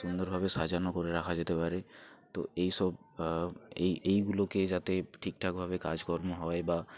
সুন্দরভাবে সাজানো করে রাখা যেতে পারে তো এইসব এই এইগুলোকে যাতে ঠিকঠাকভাবে কাজকর্ম হয় বা